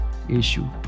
Issue